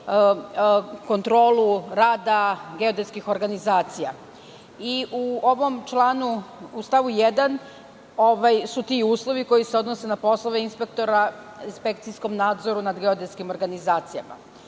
kontrolu rada geodetskih organizacija.U stavu 1. su ti uslovi koji se odnose na poslove inspektora inspekcijskom nadzoru nad geodetskim organizacijama.U